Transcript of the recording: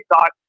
thought